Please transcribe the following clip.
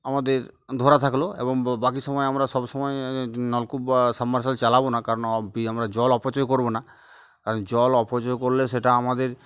আমাদের ধরা থাকলো এবং বাকি সময়ে আমরা সব সময় নলকূপ বা সাবমার্সিবেল চালাবো না কারণ আমরা জল অপচয় করবো না কারণ জল অপচয় করলে সেটা আমাদের